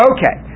Okay